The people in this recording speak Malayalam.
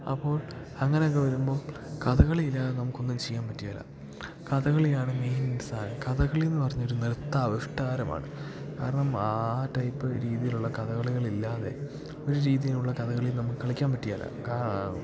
അപ്പോൾ അങ്ങനൊക്കെ വരുമ്പോൾ കഥകളിയില്ലാതെ നമുക്കൊന്നും ചെയ്യാൻ പറ്റുകേല കഥകളിയാണ് മെയിൻ സാധനം കഥകളി എന്ന് പറഞ്ഞ ഒരു നൃത്താവിഷ്കാരമാണ് കാരണം ആ ടൈപ്പ് രീതിയിലുള്ള കഥകളികളില്ലാതെ ഒരു രീതിയിലുള്ള കഥകളിയും നമുക്ക് കളിക്കാൻ പറ്റുകേലാ കാ